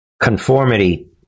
Conformity